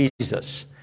Jesus